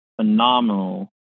phenomenal